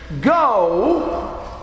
Go